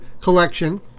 collection